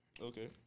okay